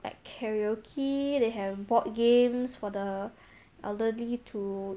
at karaoke they have board games for the elderly to